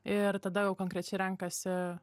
ir tada jau konkrečiai renkasi